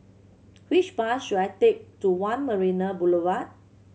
which bus should I take to One Marina Boulevard